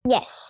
Yes